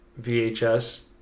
VHS